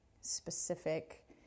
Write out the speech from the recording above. specific